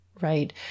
right